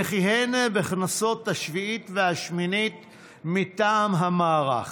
וכיהן בכנסות השביעית והשמינית מטעם המערך.